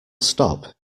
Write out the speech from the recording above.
stop